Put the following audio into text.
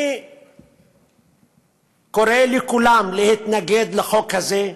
אני קורא לכולם להתנגד לחוק הזה.